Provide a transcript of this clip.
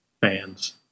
fans